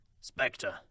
Spectre